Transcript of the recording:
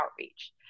outreach